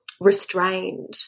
restrained